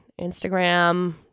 Instagram